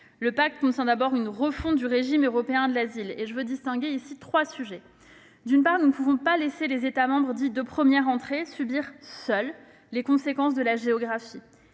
Le pacte contient d'abord une refonte du régime européen de l'asile. Je distingue ici trois sujets. Premièrement, nous ne pouvons laisser les États membres dits « de première entrée » subir seuls les conséquences de la géographie